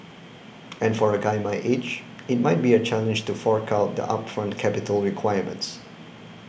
and for a guy my age it might be a challenge to fork out the upfront capital requirements